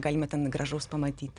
galima ten gražaus pamatyt